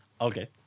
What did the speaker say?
Okay